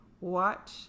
watch